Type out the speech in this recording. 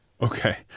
Okay